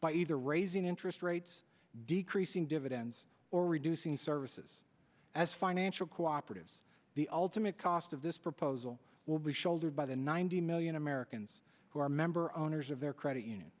by either raising interest rates decreasing dividends or reducing services as financial cooperatives the ultimate cost of this proposal will be shouldered by the ninety million americans who are member owners of their credit union